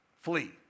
Flee